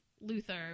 Luther